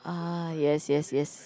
uh yes yes yes